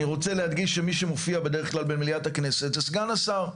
אני רוצה להדגיש שמי שמופיע בדרך כלל במליאת הכנסת זה סגן השר.